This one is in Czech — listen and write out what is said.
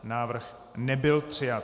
Návrh nebyl přijat.